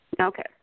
Okay